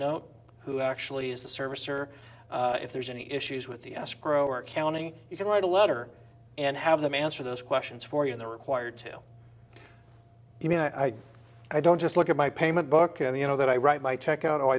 note who actually has the service or if there's any issues with the escrow or accounting you can write a letter and have them answer those questions for you in the required to i mean i i don't just look at my payment book and you know that i write my check out oh i